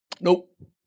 Nope